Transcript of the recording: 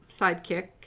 sidekick